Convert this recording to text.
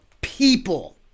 people